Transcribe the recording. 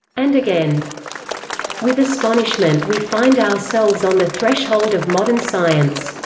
and again with astonishment we find ourselves on the threshold of modern science.